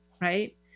right